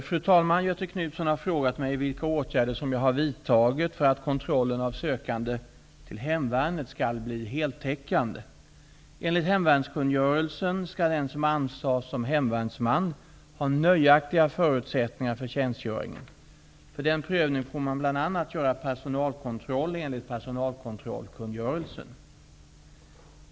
Fru talman! Göthe Knutson har frågat mig vilka åtgärder som jag har vidtagit för att kontrollen av sökande till hemvärnet skall bli heltäckande. Enligt hemvärnskungörelsen skall den som antas som hemvärnsman ha nöjaktiga förutsättningar för tjänstgöringen. För den prövningen får man bl.a. göra personalkontroll enligt personalkontrollkungörelsen .